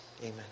Amen